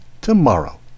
tomorrow